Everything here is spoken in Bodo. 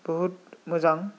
बुहुद मोजां